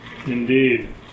Indeed